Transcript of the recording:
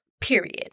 period